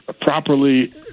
properly